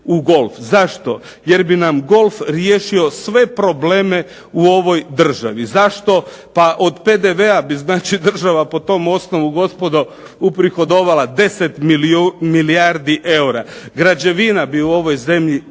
Zašto? Jer bi nam golf riješio sve probleme u ovoj državi. Zašto? Pa od PDV-a bi znači država po tom osnovu gospodo uprihodovala 10 milijardi eura. Građevina bi u ovoj zemlji